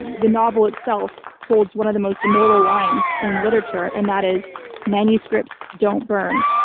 and the novel itself holds one of the most immortal lines in literature. and that is manuscripts don't burn.